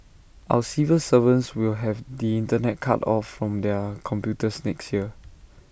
our civil servants will have the Internet cut off from their computers next year